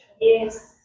Yes